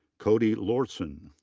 cody lorson.